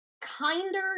kinder